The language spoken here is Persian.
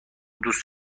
دوست